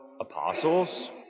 apostles